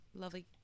lovely